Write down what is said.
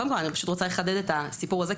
קודם כל אני פשוט רוצה לחזק את הסיפור הזה,